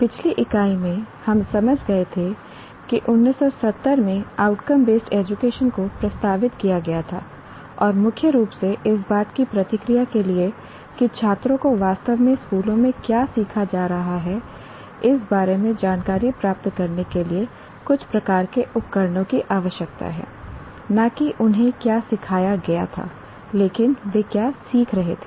पिछली इकाई में हम समझ गए थे कि 1970 में आउटकम बेस्ड एजुकेशन को प्रस्तावित किया गया था और मुख्य रूप से इस बात की प्रतिक्रिया के लिए कि छात्रों को वास्तव में स्कूलों में क्या सीखा जा रहा है इस बारे में जानकारी प्राप्त करने के लिए कुछ प्रकार के उपकरणों की आवश्यकता है न कि उन्हें क्या सिखाया गया था लेकिन वे क्या सीख रहे थे